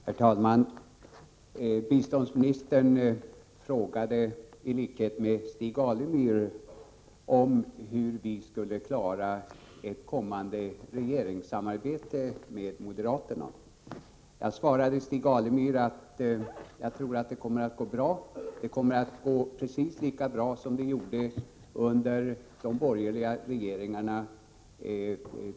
Herr talman! Biståndsministern frågade, i likhet med Stig Alemyr, hur vi skulle klara ett kommande regeringssamarbete med moderaterna. Jag svarade Stig Alemyr att jag tror att det kommer att gå bra. Det kommer att gå precis lika bra som det gjorde tidigare under de borgerliga regeringarna.